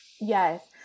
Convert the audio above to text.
yes